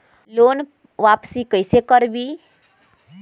Loan वापसी कैसे करबी?